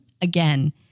again